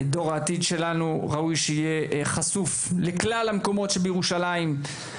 שדור העתיד שלנו יהיה חשוף לכלל המקומות שבירושלים.